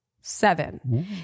seven